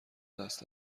دست